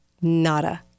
nada